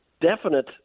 definite